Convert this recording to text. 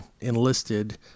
enlisted